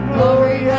Glory